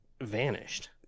vanished